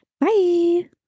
Bye